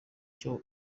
cyo